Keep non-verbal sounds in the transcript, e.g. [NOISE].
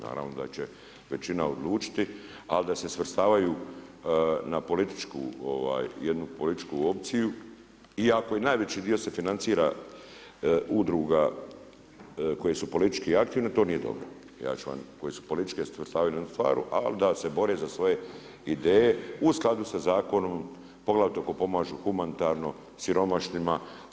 Naravno da će većina odlučiti, ali da se svrstavaju na političku jednu političku opciju iako najveći dio se financira udruga koje su politički aktivne to nije dobro, ja ću vam, koje su političke svrstavaju … [UNINTELLIGIBLE] ali da se bore za svoje ideje u skladu sa zakonom, poglavito ako pomažu humanitarno siromašnima.